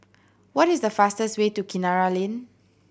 what is the fastest way to Kinara Lane